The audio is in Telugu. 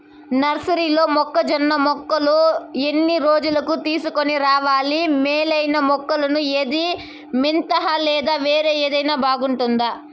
నర్సరీలో మొక్కజొన్న మొలకలు ఎన్ని రోజులకు తీసుకొని రావాలి మేలైన మొలకలు ఏదీ? మితంహ లేదా వేరే ఏదైనా బాగుంటుందా?